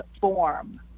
form